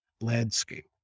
landscape